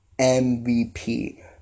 MVP